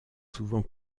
souvent